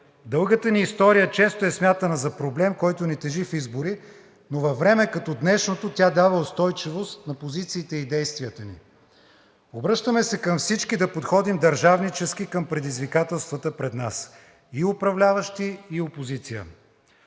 Дългата ни история често е смятана за проблем, който ни тежи в избори, но във време като днешното тя дава устойчивост в позициите и действията ни. Обръщаме се към всички да подходим държавнически към предизвикателствата пред нас – и управляващи, и опозиция.